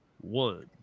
one